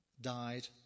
died